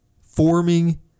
forming